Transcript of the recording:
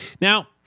Now